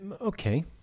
okay